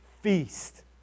feast